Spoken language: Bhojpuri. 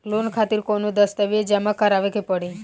लोन खातिर कौनो दस्तावेज जमा करावे के पड़ी?